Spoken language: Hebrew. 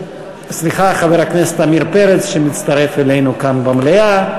חבר הכנסת עמיר פרץ, שמצטרף אלינו כאן במליאה.